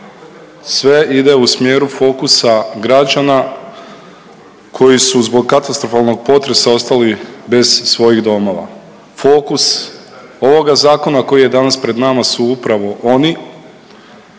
sve ide u smjeru fokusa građana koji su zbog katastrofalnog potresa ostali bez svojih domova. Fokus ovoga zakona koji je danas pred nama su upravo oni